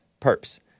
perps